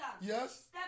Yes